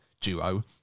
duo